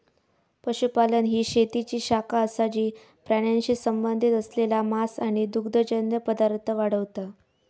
पशुपालन ही शेतीची शाखा असा जी प्राण्यांशी संबंधित असलेला मांस आणि दुग्धजन्य पदार्थ वाढवता